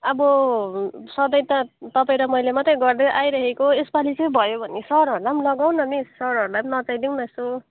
अब सधैँ त तपाईँ र मैले त गर्दै आइरहेको यसपालि चाहिँ भयो भने सरहरूलाई पनि लगाउ न मिस सरहरूलाई नि नचाइदिउँ न यसो